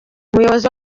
umuyobozi